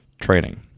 training